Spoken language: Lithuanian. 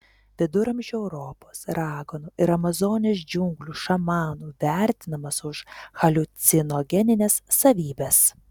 viduramžių europos raganų ir amazonės džiunglių šamanų vertinamas už haliucinogenines savybes